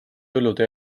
jõulude